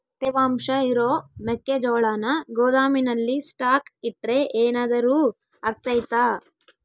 ತೇವಾಂಶ ಇರೋ ಮೆಕ್ಕೆಜೋಳನ ಗೋದಾಮಿನಲ್ಲಿ ಸ್ಟಾಕ್ ಇಟ್ರೆ ಏನಾದರೂ ಅಗ್ತೈತ?